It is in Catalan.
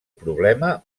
problema